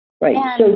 Right